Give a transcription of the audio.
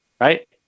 right